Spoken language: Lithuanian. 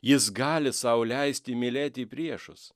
jis gali sau leisti mylėti priešus